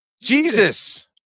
Jesus